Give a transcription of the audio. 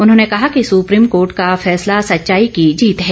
उन्होंने कहा कि सप्रीम कोर्ट का फैसला सच्चाई की जीत है